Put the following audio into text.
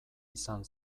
izan